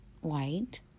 white